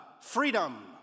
freedom